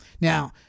Now